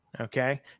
Okay